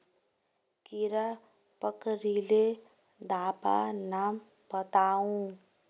कीड़ा पकरिले दाबा नाम बाताउ?